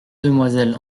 demoiselles